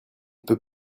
peut